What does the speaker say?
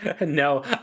no